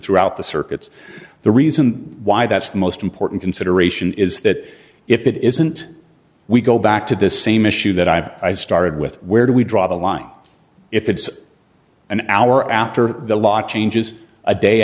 throughout the circuits the reason why that's the most important consideration is that if it isn't we go back to the same issue that i've started with where do we draw the line if it's an hour after the law changes a day